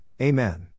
Amen